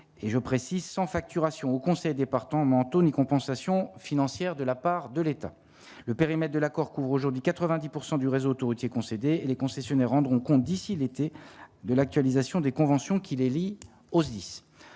je précise sans facturation au conseil départementaux ni compensation financière de la part de l'État, le périmètre de l'accord couvre aujourd'hui 90 pourcent du réseau autoroutier concédé les concessionnaires rendront compte d'ici l'été de l'actualisation des conventions qui les lient au SDIS